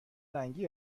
رنگی